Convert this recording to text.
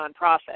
nonprofit